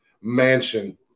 mansion